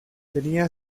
tenía